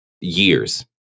years